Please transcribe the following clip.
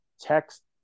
text